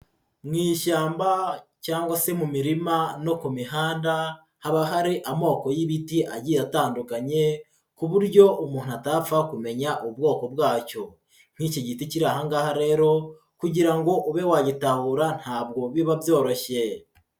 Mu ishyamba cyangwa se mu mirima no ku mihanda, haba hari amoko y'ibiti agiye atandukanye, ku buryo umuntu atapfa kumenya ubwoko bwacyo, nk'iki giti kiri aha ngaha rero, kugira ngo ube wagitahura ntabwo biba byoroshye.